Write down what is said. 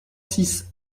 six